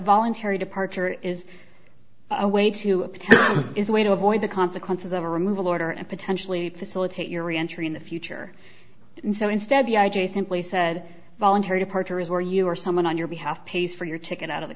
voluntary departure is a way to tell is a way to avoid the consequences of a removal order and potentially facilitate your reentry in the future and so instead the i j a simply said voluntary departure is where you or someone on your behalf pays for your ticket out of the